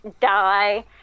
die